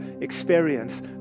experience